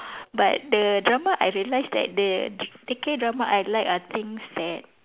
but the drama I realise that the the K drama I like are things that